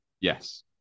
Yes